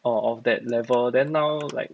or of that level then now like